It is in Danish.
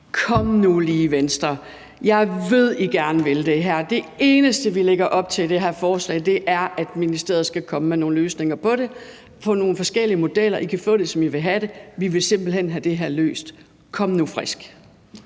Kom nu lige, Venstre; jeg ved, I gerne vil det her. Det eneste, vi lægger op til med det her forslag, er, at ministeriet skal komme med nogle løsninger på det i forhold til nogle forskellige modeller. I kan få det, som I vil have det, men vi vil simpelt hen have det her løst. Kom nu frisk!